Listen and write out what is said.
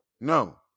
No